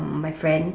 my friend